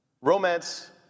Romance